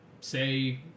say